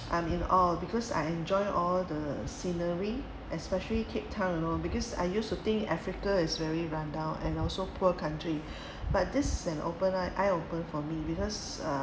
I'm in awe because I enjoy all the scenery especially cape town you know because I used to think africa is very rundown and also poor country but this an open eye eye open for me because uh